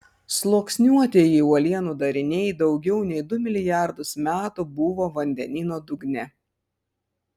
sluoksniuotieji uolienų dariniai daugiau nei du milijardus metų buvo vandenyno dugne